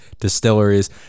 Distilleries